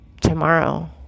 Tomorrow